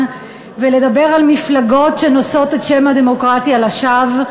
ולדבר על מפלגות שנושאות את שם הדמוקרטיה לשווא.